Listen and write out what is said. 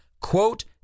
quote